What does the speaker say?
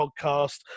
podcast